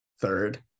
third